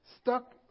stuck